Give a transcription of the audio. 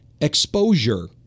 exposure